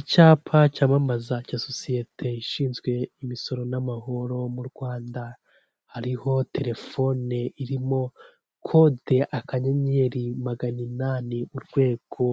Icyapa cyamamaza cya sosiyete ishinzwe imisoro n'amahoro mu Rwanda, hariho telefone irimo kode akanyenyeri magana inani urwego